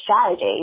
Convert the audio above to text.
strategy